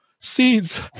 Seeds